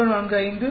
5 0